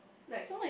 like